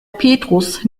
petrus